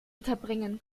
unterbringen